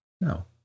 no